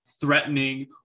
threatening